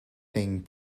thing